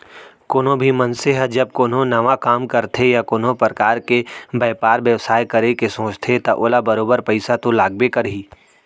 कोनो भी मनसे ह जब कोनो नवा काम करथे या कोनो परकार के बयपार बेवसाय करे के सोचथे त ओला बरोबर पइसा तो लागबे करही